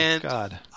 God